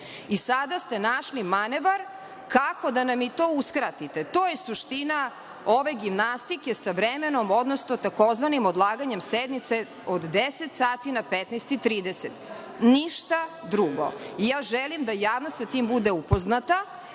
Sada ste našli manevar kako da nam i to uskratite. To je suština ove gimnastike sa vremenom, odnosno tzv. odlaganjem sednice od 10.00 sati na 15.30 sati. Želim da javnost sa tim bude upoznata